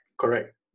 Correct